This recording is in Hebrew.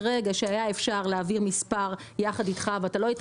ברגע שהיה אפשר להביא מספר יחד איתך ולא היית